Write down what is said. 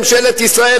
ממשלת ישראל,